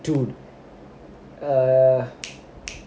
two err